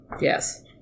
Yes